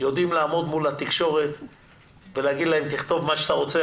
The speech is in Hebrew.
יודעים לעמוד מול התקשורת ולהגיד להם - תכתוב מה שאתה רוצה,